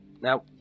Now